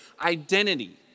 identity